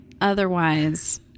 Otherwise